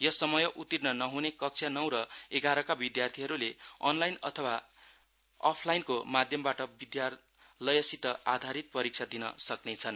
यस समय उतीर्ण नहने कक्षा नौ र एघारका विद्यार्थीले अनलाइन अथवा अफलाइनको माध्यमबाट विद्यालयसित आधारित परिक्षा दिन सक्नेछन्